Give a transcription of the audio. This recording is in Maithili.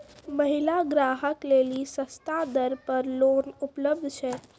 महिला ग्राहक लेली सस्ता दर पर लोन उपलब्ध छै?